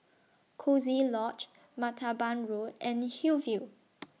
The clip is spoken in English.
Coziee Lodge Martaban Road and Hillview